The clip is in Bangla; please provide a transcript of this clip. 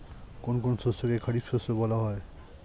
কোন কোন শস্যকে খারিফ শস্য বলা হয়?